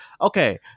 Okay